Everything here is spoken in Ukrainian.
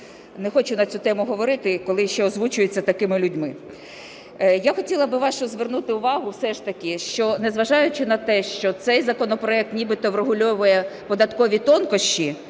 не хочу на цю тему говорити, коли ще озвучується таки людьми. Я хотіла би вашу звернути увагу все ж таки, що, незважаючи на те, що цей законопроект нібито врегульовує податкові тонкощі,